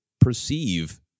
perceive